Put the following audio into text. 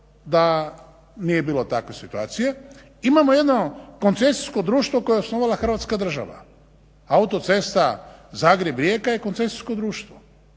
da nije bilo takve situacije, imamo jedno koncesijsko društvo koje je osnovala hrvatska država, autocesta Zagreb-Rijeka je koncesijsko društvo,